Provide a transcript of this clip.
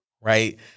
right